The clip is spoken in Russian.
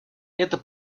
это